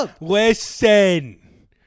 Listen